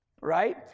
right